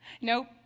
Nope